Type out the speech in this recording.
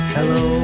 Hello